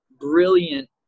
brilliant